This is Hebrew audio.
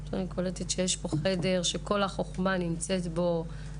ופתאום אני קולטת שיש פה חדר שכל החוכמה נמצאת בו,